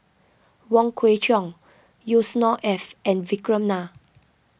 Wong Kwei Cheong Yusnor Ef and Vikram Nair